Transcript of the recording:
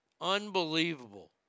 Unbelievable